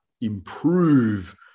improve